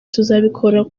tuzabikora